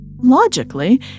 Logically